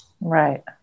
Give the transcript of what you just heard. Right